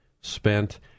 spent